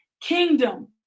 kingdom